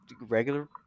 regular